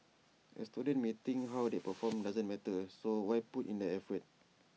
A student may think how they perform doesn't matter so why put in the effort